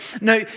No